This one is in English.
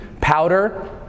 powder